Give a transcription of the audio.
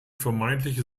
vermeintliche